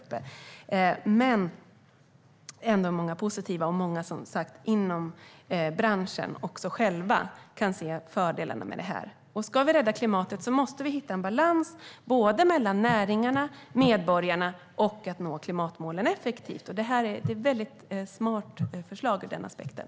Det var ändå många som var positiva och många inom branschen som själva kan se fördelarna med det. Ska vi rädda klimatet måste vi hitta en balans mellan näringarna, medborgarna och att nå klimatmålen effektivt. Det är ett väldigt smart förslag ur den aspekten.